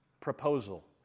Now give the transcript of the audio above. proposal